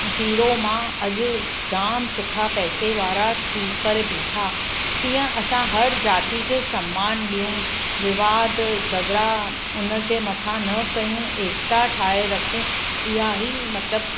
zero मां अॼु जामु सुठा पैसे वारा थी करे बीठा तीअं असां हर जाती खे सम्मानु ॾियूं विवाद झगड़ा उन जे मथां न कयूं एकता ठाहे रखूं इहा ई मतिलबु